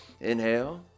inhale